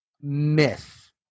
myth